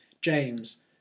James